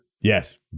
yes